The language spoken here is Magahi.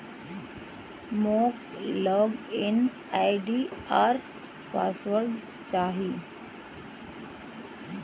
मोक लॉग इन आई.डी आर पासवर्ड चाहि